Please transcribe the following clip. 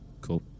cool